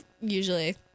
usually